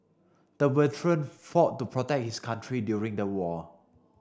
the veteran fought to protect his country during the war